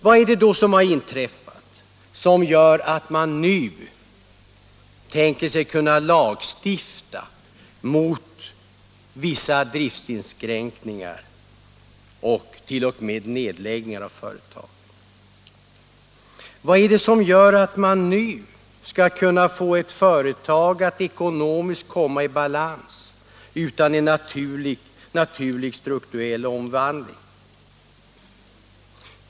Vad är det då som har inträffat som gör att man nu tänker sig att kunna lagstifta mot vissa driftsinskränkningar och t.o.m. nedläggningar av företag? Vad är det som gör att man nu skall kunna få ett företag att ekonomiskt komma i balans utan en naturligt strukturell omvandling?